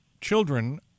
children